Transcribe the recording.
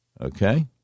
Okay